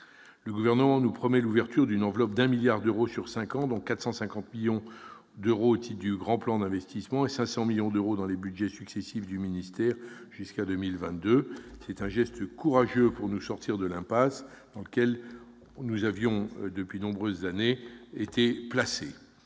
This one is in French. Le Gouvernement nous promet d'y consacrer un milliard d'euros sur cinq ans, dont 450 millions d'euros au titre du Grand plan d'investissement et 500 millions d'euros dans les budgets successifs du ministère d'ici à 2022. C'est un geste courageux pour nous sortir de l'impasse dans laquelle nous étions placés depuis de nombreuses années. Il